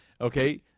okay